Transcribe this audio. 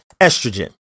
estrogen